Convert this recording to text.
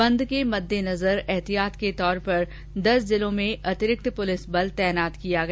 बंद के मददेनजर एहतियात के तौर पर दस जिलों में अतिरिक्त पुलिस बल तैनात किया गया